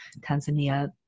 Tanzania